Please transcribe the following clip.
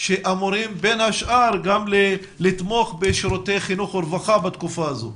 שאמורים בין השאר גם לתמוך בשירותי חינוך ורווחה בתקופה הזאת.